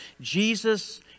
Jesus